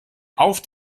auf